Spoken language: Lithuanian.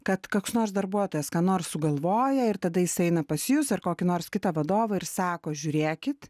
kad koks nors darbuotojas ką nors sugalvoja ir tada jis eina pas jus ar kokį nors kitą vadovą ir sako žiūrėkit